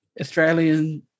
Australian